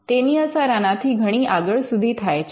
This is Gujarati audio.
તેની અસર આનાથી ઘણી આગળ સુધી થાય છે